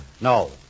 No